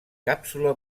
càpsula